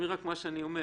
תשמעי את מה שאני אומר.